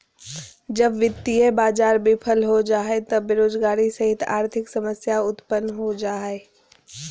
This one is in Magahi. जब वित्तीय बाज़ार बिफल हो जा हइ त बेरोजगारी सहित आर्थिक समस्या उतपन्न हो जा हइ